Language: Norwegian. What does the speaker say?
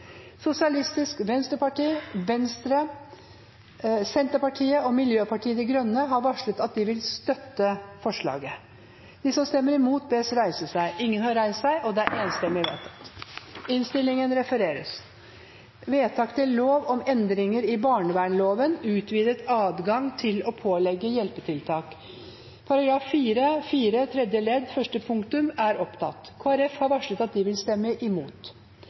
Sosialistisk Venstreparti og Miljøpartiet De Grønne har varslet at de vil støtte forslaget. Det voteres først over komiteens innstilling til § 4-4 tredje ledd første punktum. Kristelig Folkeparti har varslet at de vil stemme imot.